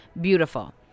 beautiful